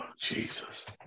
Jesus